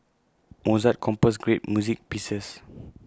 Mozart composed great music pieces